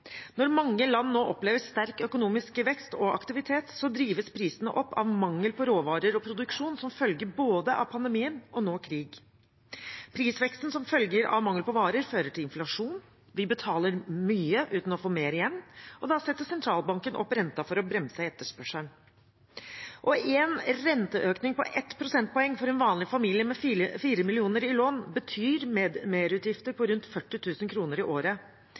Når mange land nå opplever sterk økonomisk vekst og aktivitet, drives prisene opp av mangel på råvarer og produksjon som følge av både pandemi og nå krig. Prisveksten som følger av mangel på varer, fører til inflasjon. Vi betaler mye uten å få mer igjen, og da setter Sentralbanken opp renten for å bremse etterspørselen. En renteøkning på 1 prosentpoeng for en vanlig familie med 4 mill. kr i lån betyr merutgifter på rundt 40 000 kr i året.